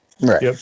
Right